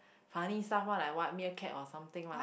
funny stuff one like what meerkat or something one like